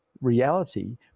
reality